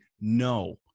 No